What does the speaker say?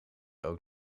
ook